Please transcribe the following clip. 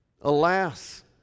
alas